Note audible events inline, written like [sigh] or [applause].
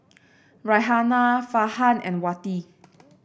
Raihana Farhan and Wati [noise]